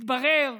התברר,